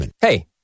Hey